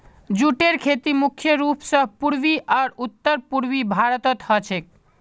जूटेर खेती मुख्य रूप स पूर्वी आर उत्तर पूर्वी भारतत ह छेक